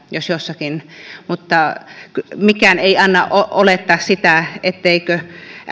jos jossakin olisin väärässä mutta mikään ei anna olettaa sitä etteikö